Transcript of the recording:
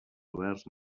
oberts